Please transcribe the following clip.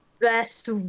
best